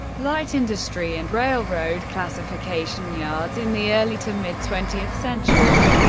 light industry and railroad classification yards in the early to mid twentieth century,